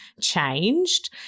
changed